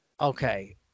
Okay